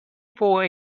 for